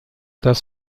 das